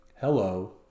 hello